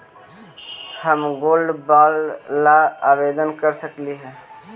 हम gold bond ला आवेदन कर सकली हे?